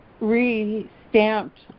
re-stamped